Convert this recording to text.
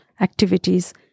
activities